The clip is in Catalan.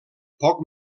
poc